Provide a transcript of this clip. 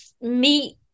meet